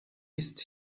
ist